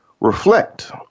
reflect